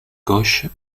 gauche